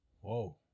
Whoa